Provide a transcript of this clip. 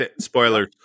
spoiler